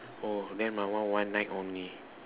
oh then my one one night only